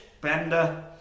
bender